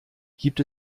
gibt